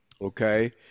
Okay